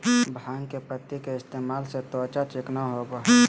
भांग के पत्ति के इस्तेमाल से त्वचा चिकना होबय हइ